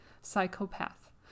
psychopath